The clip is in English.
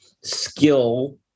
skill